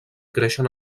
creixen